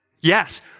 Yes